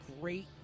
great